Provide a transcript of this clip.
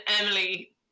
Emily